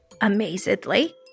amazedly